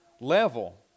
level